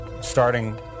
starting